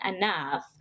enough